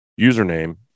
username